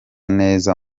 neza